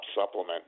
supplement